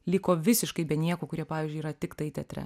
liko visiškai be nieko kurie pavyzdžiui yra tiktai teatre